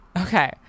okay